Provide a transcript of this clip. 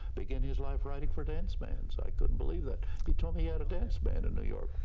began his life writing for dance bands. i couldn't believe that. he told me he had a dance band in new york,